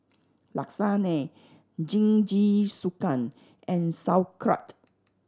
Lasagne Jingisukan and Sauerkraut